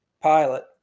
pilot